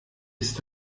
ist